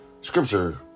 Scripture